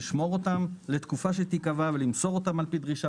לשמור אותם לתקופה שתיקבע ולמסור אותם על פי דרישה